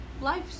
life